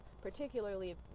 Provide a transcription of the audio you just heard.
particularly